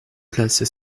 place